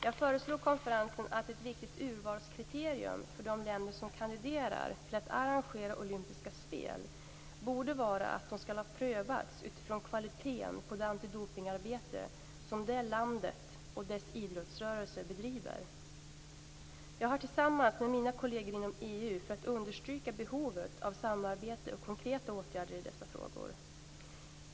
Jag föreslog konferensen att ett viktigt urvalskriterium för de länder som kandiderar till att arrangera olympiska spel borde vara att de skall prövas utifrån kvaliteten på det antidopningsarbete som det landet och dess idrottsrörelse bedriver. Jag har tillskrivit mina kolleger inom EU för att understryka behovet av samarbete och konkreta åtgärder i dessa frågor.